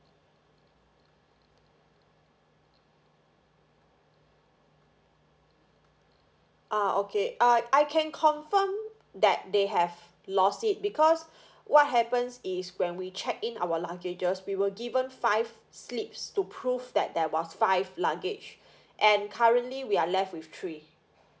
ah okay uh I can confirm that they have lost it because what happens is when we check in our luggages we were given five slips to prove that there was five luggage and currently we are left with three